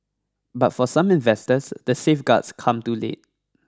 but for some investors the safeguards come too late